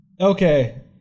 okay